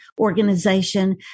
organization